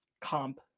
comp